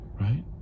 right